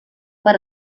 per